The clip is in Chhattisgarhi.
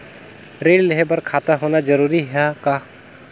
ऋण लेहे बर खाता होना जरूरी ह का?